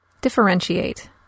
Differentiate